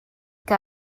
que